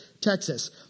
Texas